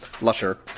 Lusher